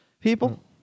people